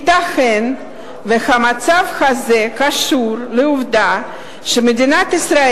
ייתכן שהמצב הזה קשור לעובדה שמדינת ישראל